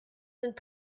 sind